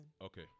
Okay